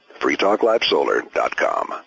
FreeTalkLivesolar.com